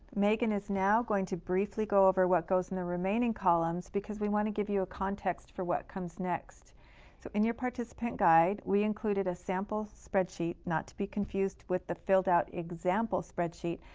megan is now going to briefly go over what goes in the remaining columns because we want to give you a context for what comes next. so in your participant guide we included a sample spreadsheet, not to be confused with the filled out example spreadsheet.